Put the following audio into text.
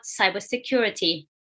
cybersecurity